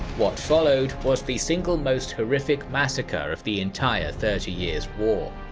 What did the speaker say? what followed was the single most horrific massacre of the entire thirty years' war.